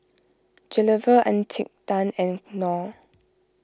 Gilera Encik Tan and Knorr